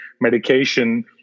medication